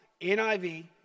NIV